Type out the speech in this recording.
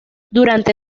durante